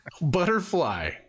Butterfly